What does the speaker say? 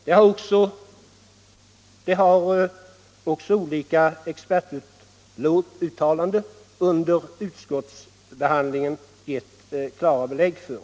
Det har också olika expertuttalanderi under utskottsbehandlingen gett klara belägg för.